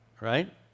right